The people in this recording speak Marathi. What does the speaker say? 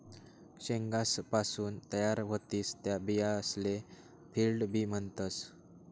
शेंगासपासून तयार व्हतीस त्या बियासले फील्ड बी म्हणतस